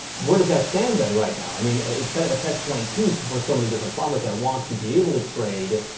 where does that stand then, right now? i mean, it's kind of a catch twenty two, so for so many different farmers that want to be able to trade,